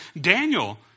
Daniel